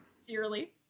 sincerely